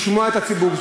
לשמוע את הציבור.